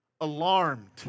Alarmed